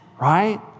Right